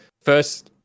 first